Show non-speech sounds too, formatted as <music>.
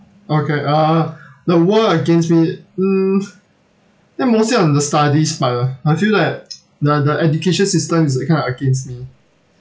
okay uh the world against me mm ya mostly on the studies part ah I feel like <noise> the the education system is uh kind of against me